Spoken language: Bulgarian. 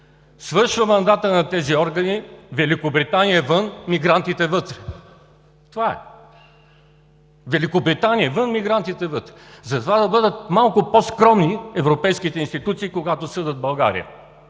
Свършва мандатът на тези органи. Великобритания е вън, мигрантите вътре. Това е! Великобритания – вън, мигрантите –вътре! Затова да бъдат малко по-скромни европейските институции, когато съдят България.